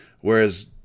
Whereas